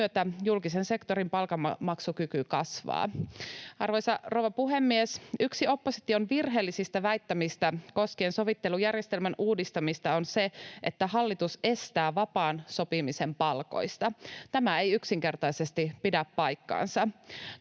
julkisen sektorin palkanmaksukyky kasvaa. Arvoisa rouva puhemies! Yksi opposition virheellisistä väittämistä koskien sovittelujärjestelmän uudistamista on se, että hallitus estää vapaan sopimisen palkoista. Tämä ei yksinkertaisesti pidä paikkaansa.